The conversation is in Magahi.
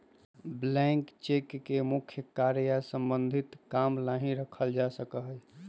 ब्लैंक चेक के मुख्य कार्य या सम्बन्धित काम ला ही रखा जा सका हई